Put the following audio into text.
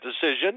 decision